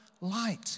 light